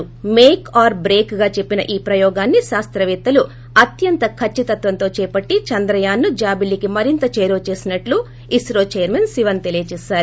make ఆర్ ల్రేక్గా చెప్పిన ఈ ప్రయోగాన్ని శాస్తపేత్తలు అత్యంత కచ్చితత్వంతో చేపట్టి చంద్రయాన్ను జాబిల్లికి మరింత చేరువ చేసినట్లు ఇన్రో చైర్మన్ శివన్ తెలియజేశారు